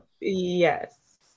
Yes